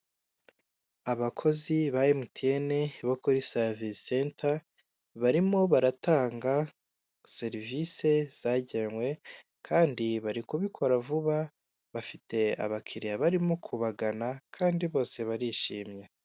Abakozi ba MTN bo kuri savisi senta barimo baratanga serivise zagenwe kandi bari kubikora vuba bafite abakiriya barimo kubagana kandi bose barishimye.